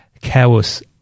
chaos